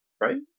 right